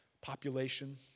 population